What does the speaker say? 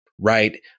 right